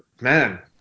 man